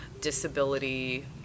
disability